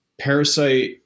parasite